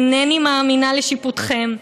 אינני מאמינה לשיפוטכם,